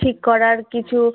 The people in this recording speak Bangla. ঠিক করার কিছু